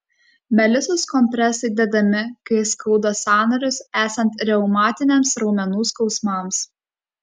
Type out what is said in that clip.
melisos kompresai dedami kai skauda sąnarius esant reumatiniams raumenų skausmams